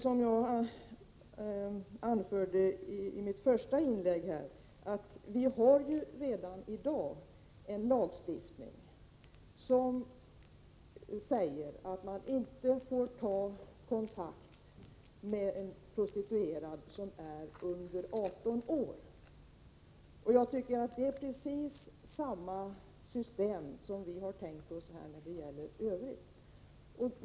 Som jag anförde i mitt första inlägg har vi redan i dag en lagstiftning, som säger att man inte får ta kontakt med prostituerad som är under 18 år. Det är precis samma system som vi har tänkt oss i övrigt.